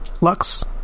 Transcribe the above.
Lux